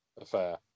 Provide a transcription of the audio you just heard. affair